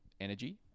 energy